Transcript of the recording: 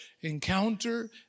encounter